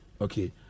okay